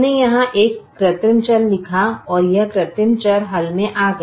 हमने यहां एक कृत्रिम चर लिखा और यह कृत्रिम चर हल में आ गया